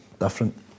different